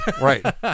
right